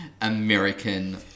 American